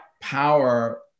power